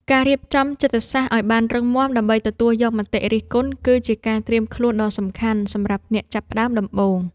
ការរៀបចំចិត្តសាស្ត្រឱ្យបានរឹងមាំដើម្បីទទួលយកមតិរិះគន់ គឺជាការត្រៀមខ្លួនដ៏សំខាន់សម្រាប់អ្នកចាប់ផ្តើមដំបូង។